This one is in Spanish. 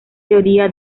teoría